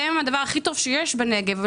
אתם הדבר הכי טוב שיש בנגב.